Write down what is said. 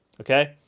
okay